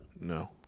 No